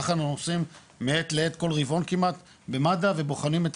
ככה אנחנו עושים מעת לעת כל רבעון כמעט במד"א ובוחנים,